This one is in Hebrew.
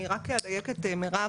אני אדייק את מירב.